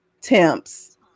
temps